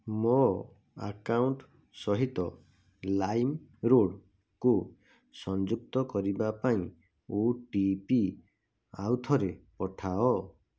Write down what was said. ମୋ ଆକାଉଣ୍ଟ ସହିତ ଲାଇମ୍ରୋଡ଼୍କୁ ସଂଯୁକ୍ତ କରିବା ପାଇଁ ଓ ଟି ପି ଆଉଥରେ ପଠାଅ